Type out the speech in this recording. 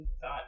thought